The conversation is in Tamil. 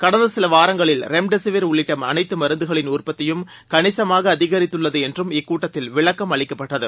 கடந்த சில வாரங்களில் ரெம்ட்சிவிர் உள்ளிட்ட அனைத்து மருந்துகளின் உற்பத்தியும் கணிசமாக அதிகரித்துள்ளது என்றும் இக்கூட்டத்தில் விளக்கம் அளிக்கப்பட்டது